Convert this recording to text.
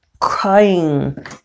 crying